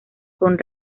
con